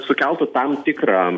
sukeltų tam tikrą